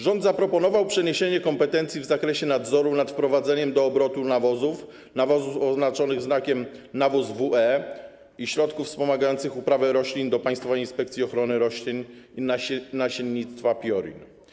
Rząd zaproponował przeniesienie kompetencji w zakresie nadzoru nad wprowadzaniem do obrotu nawozów, nawozów oznaczonych znakiem „nawóz WE” i środków wspomagających uprawę roślin do Państwowej Inspekcji Ochrony Roślin i Nasiennictwa, PIORiN.